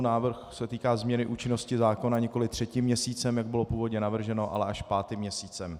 Návrh se týká změny účinnosti zákona nikoliv třetím měsícem, jak bylo původně navrženo, ale až pátým měsícem.